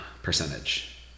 percentage